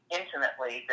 intimately